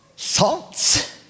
Salt